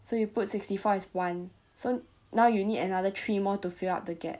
so you put sixty four is one so now you need another three more to fill up the gap